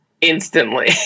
instantly